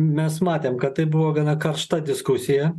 mes matėm kad tai buvo gana karšta diskusija